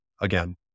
again